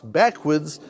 backwards